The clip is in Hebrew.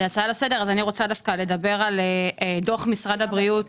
זאת הצעה לסדר ואני רוצה לדבר דווקא על דוח משרד הבריאות